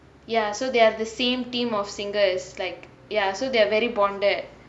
ya so they are the same team of singers like ya so they're very bonded